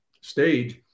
stage